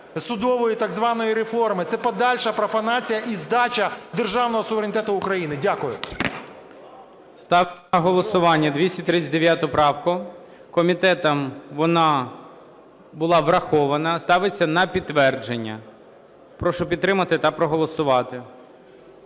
судової так званої реформи, це подальша профанація і здача державного суверенітету України. Дякую. ГОЛОВУЮЧИЙ. Ставлю на голосування 239 правку. Комітетом вона була врахована. Ставиться на підтвердження. Прошу підтримати та проголосувати.